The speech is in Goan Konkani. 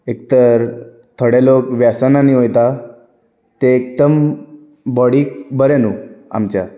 एक तर थोडे लोक वेसनांनी वयता तें एकदम बॉडीक बरें न्हू आमच्या